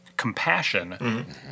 compassion